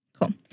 Cool